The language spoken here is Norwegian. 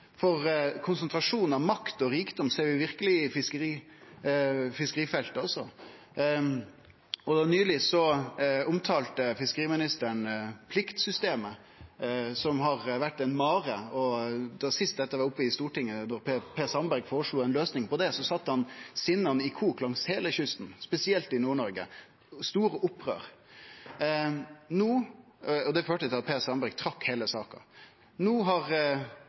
av makt og rikdom ser vi verkeleg også på fiskerifeltet. Nyleg omtalte fiskeriministeren pliktsystemet, som har vore ei mare. Sist det var oppe i Stortinget og Per Sandberg føreslo ei løysing på det, sette han sinna i kok langs heile kysten, spesielt i Nord-Noreg – store opprør. Det førte til at Per Sandberg trekte heile saka. No har